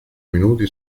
minuti